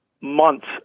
months